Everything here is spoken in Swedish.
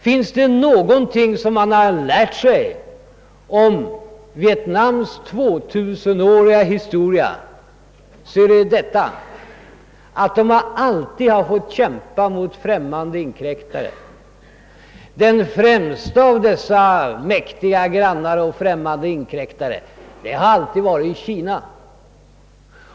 Finns det någonting som man har lärt sig om Vietnams tvåtusenåriga historia, så är det att landet alltid haft att kämpa mot främmande inkräktare. Den främsta av dessa mäktiga grannar och inkräktare har alltid varit Kina.